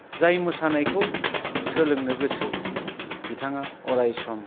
जाय मोसानायखौ सोलोंनो गोसो बिथाङा अराय सम